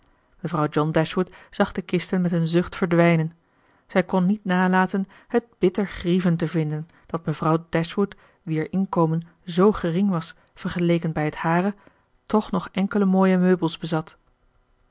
zag de kisten met een zucht verdwijnen zij kon niet nalaten het bitter grievend te vinden dat mevrouw dashwood wier inkomen zoo gering was vergeleken bij het hare toch nog enkele mooie meubels bezat